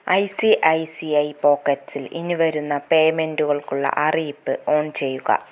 I C I C I പോക്കറ്റ്സിൽ ഇനി വരുന്ന പേയ്മെൻറ്റുകൾക്കുള്ള അറിയിപ്പ് ഓൺ ചെയ്യുക